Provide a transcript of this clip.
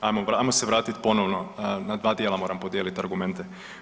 Ajmo se vratit ponovno na dva dijela moram podijeliti argumente.